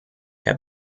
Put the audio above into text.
herr